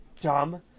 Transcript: dumb